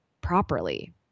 properly